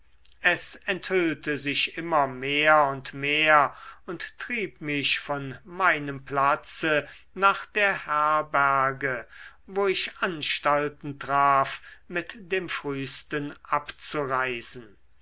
es enthüllte sich immer mehr und mehr und trieb mich von meinem platze nach der herberge wo ich anstalten traf mit dem frühsten abzureisen